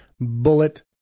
bullet